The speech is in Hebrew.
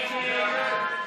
ההסתייגות (7)